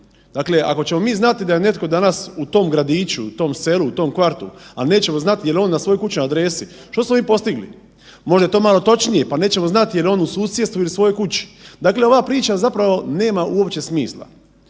Dakle, ako ćemo mi znati da je netko danas u tom gradiću, u tom selu, u tom kvartu, al nećemo znat jel on na svojoj kućnoj adresi. Što smo mi postigli? Možda je to malo točnije, pa nećemo znati jel je on u susjedstvu ili u svojoj kući. Dakle, ova priča zapravo nema uopće smisla.